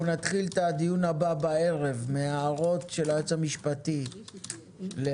נתחיל את הדיון הבא בערב מההערות של היועץ המשפטי ל-27,